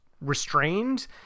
restrained